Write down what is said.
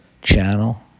channel